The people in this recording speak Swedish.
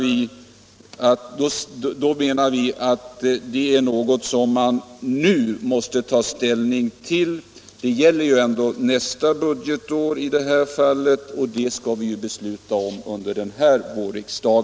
Vi menar att det är något som man nu måste ta ställning till. Det gäller i detta fall ändå nästa budgetår, och det skall vi ju besluta om under denna vårriksdag.